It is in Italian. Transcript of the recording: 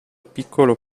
piccolo